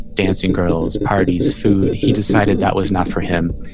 dancing girls, parties, food. he decided that was not for him.